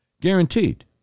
Guaranteed